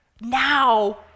Now